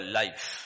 life